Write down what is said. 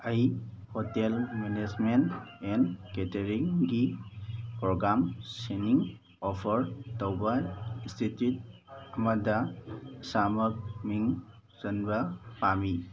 ꯑꯩ hotel management and ꯀꯦꯇꯔꯤꯡꯒꯤ program ꯁꯤꯡ ꯑꯣꯐꯔ ꯇꯧꯕ ꯏꯟꯁꯇꯤꯇ꯭ꯌꯨꯠ ꯑꯃꯗ ꯏꯁꯥꯃꯛ ꯃꯤꯡ ꯆꯟꯕ ꯄꯥꯝꯃꯤ